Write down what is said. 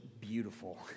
beautiful